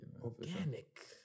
Organic